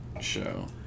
show